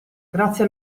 grazie